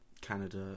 canada